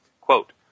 Quote